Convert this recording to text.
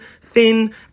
thin